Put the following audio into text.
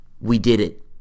we-did-it